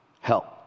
help